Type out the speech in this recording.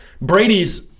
Brady's